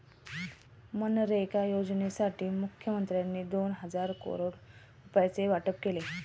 मनरेगा योजनेसाठी मुखमंत्र्यांनी दोन हजार करोड रुपयांचे वाटप केले